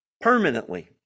permanently